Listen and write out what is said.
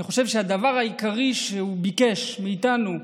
אני חושב שהדבר העיקרי שהוא ביקש מאיתנו,